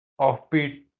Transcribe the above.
offbeat